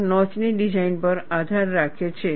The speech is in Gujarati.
આ નોચની ડિઝાઇન પર આધાર રાખે છે